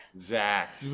Zach